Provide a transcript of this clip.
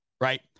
right